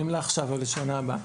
עכשיו או לשנה הבאה.